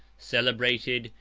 celebrated,